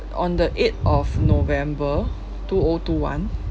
on the eight of november two O two one